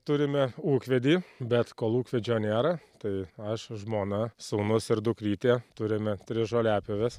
turime ūkvedį bet kol ūkvedžio nėra tai aš žmona sūnus ir dukrytė turime tris žoliapjoves